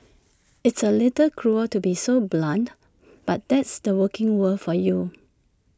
it's A little cruel to be so blunt but that's the working world for you